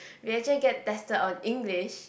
we actually get tested on English